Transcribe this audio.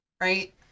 right